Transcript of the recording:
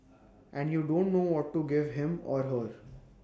and you don't know what to give him or her